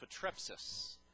patrepsis